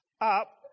up